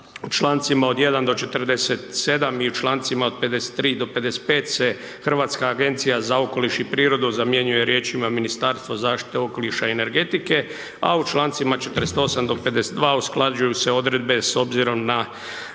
člancima od 1. do 47. i u člancima od 53. do 55. se Hrvatska agencija za okoliš i prirodu zamjenjuje riječima „Ministarstvo zaštite okoliša i energetike“, a u člancima 48. do 52. usklađuju se odredbe s obzirom na